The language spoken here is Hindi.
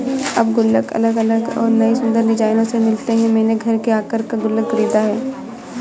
अब गुल्लक अलग अलग और नयी सुन्दर डिज़ाइनों में मिलते हैं मैंने घर के आकर का गुल्लक खरीदा है